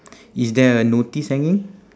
is there a notice hanging